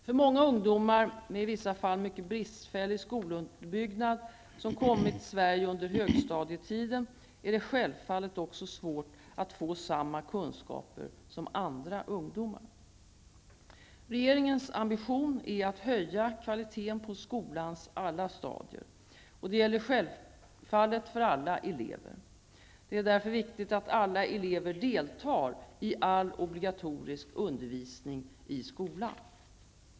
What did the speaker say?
För många ungdomar, med i vissa fall mycket bristfällig skolunderbyggnad, som kommit till Sverige under högstadietiden är det självfallet också svårt att få samma kunskaper som andra ungdomar. Regeringens ambition är att höja kvaliteten på skolans alla stadier. Detta gäller självfallet för alla elever. Det är därför viktigt att alla elever deltar i all obligatorisk undervisning i skolan.